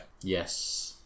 Yes